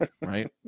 right